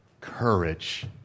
courage